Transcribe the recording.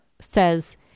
says